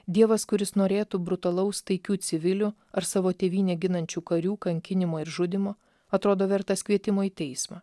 dievas kuris norėtų brutalaus taikių civilių ar savo tėvynę ginančių karių kankinimo ir žudymo atrodo vertas kvietimo į teismą